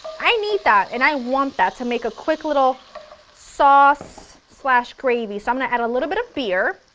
i need that and i want that to make a quick little sauce slash gravy, so i'm going to add a little bit of beer,